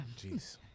Jeez